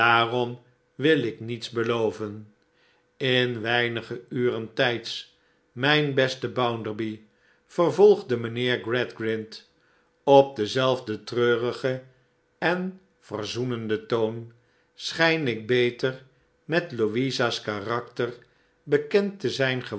wil ik niets beloven in weinige uren tijds mijn beste bounderby vervolgde mynheer gradgrind op denzelfden treurigen en verzoenenden toon schijn ik beter met louisa's karakter bekend te zijn